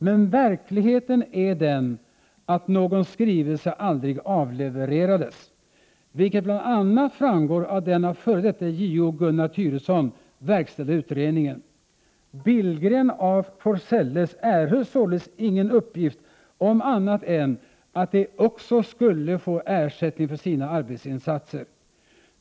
Men verkligheten är den att någon skrivelse aldrig avlevererades, vilket bl.a. framgår av den av f.d. JO Gunnar Thyresson verkställda utredningen. Billgren-af Forselles erhöll således ingen uppgift om annat än att också de skulle få ersättning för sina arbetsinsatser.